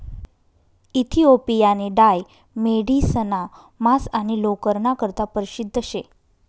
इथिओपियानी डाय मेढिसना मांस आणि लोकरना करता परशिद्ध शे